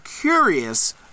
curious